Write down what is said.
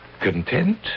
content